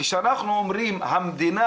כשאנחנו אומרים המדינה,